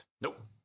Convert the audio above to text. Nope